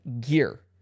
Gear